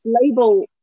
label